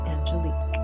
Angelique